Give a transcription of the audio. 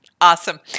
Awesome